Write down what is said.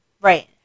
Right